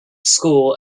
school